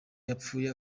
yapfuye